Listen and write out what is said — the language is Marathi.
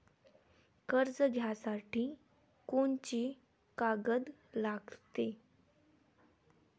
कर्ज घ्यासाठी कोनची कागद लागते?